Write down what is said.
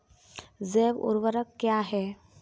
जैव ऊर्वक क्या है?